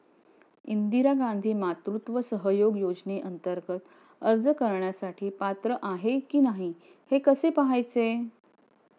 इंदिरा गांधी मातृत्व सहयोग योजनेअंतर्गत अर्ज करण्यासाठी पात्र आहे की नाही हे कसे पाहायचे?